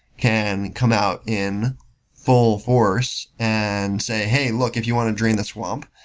can come out in full force and say, hey, look. if you want to drain the swamp,